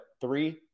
three